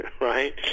right